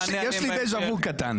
יש לי דה ז'ה וו קטן.